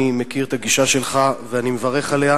אני מכיר את הגישה שלך ואני מברך עליה.